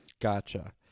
Gotcha